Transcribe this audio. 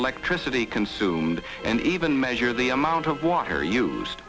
electricity consumed and even measure the amount of water used